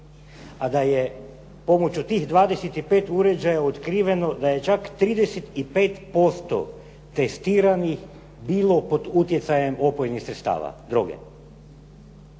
a da je pomoću tih 25 uređaja otkriveno da je čak 35% testiranih bilo pod utjecajem opojnih sredstava,